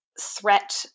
threat